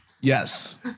Yes